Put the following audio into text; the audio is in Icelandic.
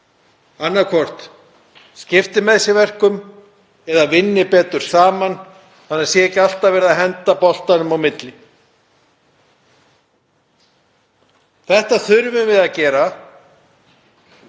annaðhvort skipta með sér verkum eða vinna betur saman, þannig að ekki sé alltaf verið að henda boltanum á milli. Þetta þurfum við að gera